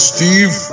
Steve